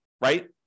right